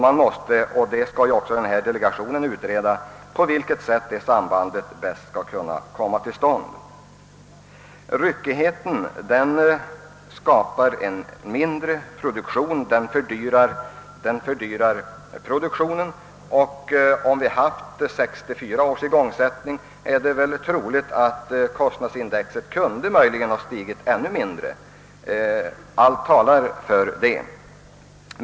Det måste utredas — vilket den tillsatta delegationen skall göra — hur detta samband bäst skall utformas. Ryckigheten på bostadsmarknaden gör att produktionen minskas och fördyras. Om vi haft samma igångsättningssiffra som år 1964 är det troligt att kostnadsindex kunnat stiga mindre än som nu varit fallet. Allt talar härför.